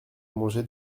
manger